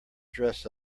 dress